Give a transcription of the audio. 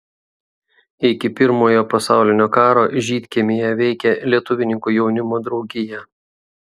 iki pirmojo pasaulinio karo žydkiemyje veikė lietuvininkų jaunimo draugija